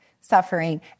suffering